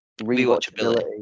rewatchability